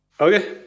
Okay